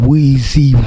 Weezy